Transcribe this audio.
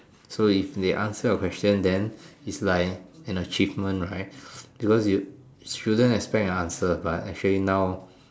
so if they answer your question then is like an achievement right because you shouldn't expect an answer but actually now